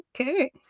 okay